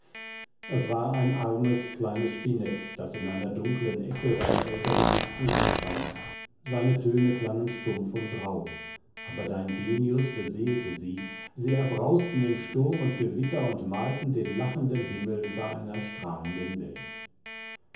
es war ein armes kleines spinett das in einer dunklen ecke deiner elterlichen stube stand seine töne klangen stumpf und rauh aber dein genius beseelte sie sie erbrausten in sturm und gewitter und malten den lachenden himmel über einer strahlenden welt